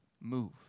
move